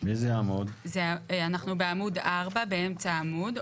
אנחנו בעמוד 4 באמצע העמוד.